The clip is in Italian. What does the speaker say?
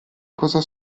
cosa